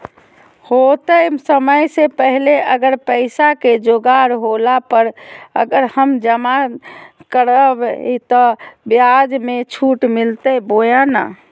होतय समय से पहले अगर पैसा के जोगाड़ होला पर, अगर हम जमा करबय तो, ब्याज मे छुट मिलते बोया नय?